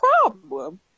problem